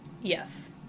Yes